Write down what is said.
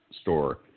store